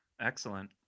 Excellent